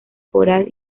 coral